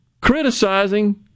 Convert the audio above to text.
criticizing